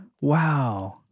wow